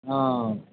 অঁ